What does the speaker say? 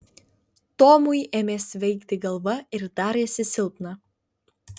tomui ėmė svaigti galva ir darėsi silpna